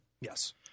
Yes